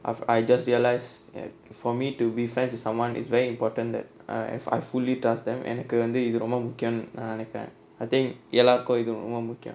I've I just realised that for me to be friends with someone is very important that I've I fully trust them எனக்கு வந்து இது ரொம்ப முக்கியனு நான் நினைக்கிறன்:enakku vanthu ithu romba mukkiyanu naan ninaikkiraen I think எல்லார்க்கும் இது ரொம்ப முக்கியம்:ellaarkkum ithu romba mukkiyam